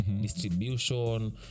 distribution